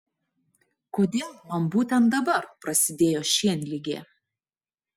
kodėl man būtent dabar prasidėjo šienligė